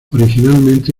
originalmente